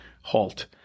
Halt